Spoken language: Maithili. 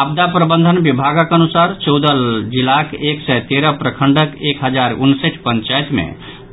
आपदा प्रबंधन विभागक अनुसार चौदह जिलाक एक सय तेरह प्रखंडक एक हजार उनसठि पंचायत मे